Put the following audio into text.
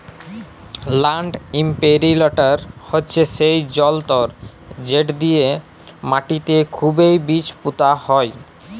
land ইমপিরিলটর হছে সেই জলতর্ যেট দিঁয়ে মাটিতে খুবই বীজ পুঁতা হয়